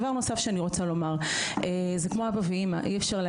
דבר נוסף שאני רוצה לומר זה שזה כמו אבא ואמא.